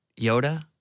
Yoda